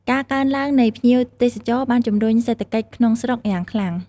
ការកើនឡើងនៃភ្ញៀវទេសចរណ៍បានជំរុញសេដ្ឋកិច្ចក្នុងស្រុកយ៉ាងខ្លាំង។